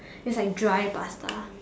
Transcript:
it's like dry pasta